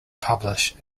published